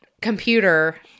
computer